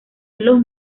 los